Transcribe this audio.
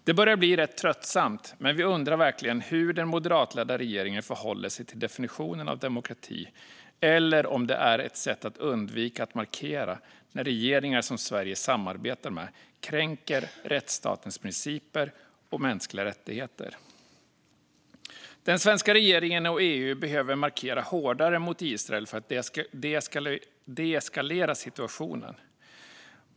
Det börjar bli rätt tröttsamt, men vi undrar verkligen hur den moderatledda regeringen förhåller sig till definitionen av demokrati, eller om det är ett sätt att undvika att markera när regeringar som Sverige samarbetar med kränker rättsstatens principer och mänskliga rättigheter. Den svenska regeringen och EU behöver markera hårdare mot Israel för att deeskalera situationen.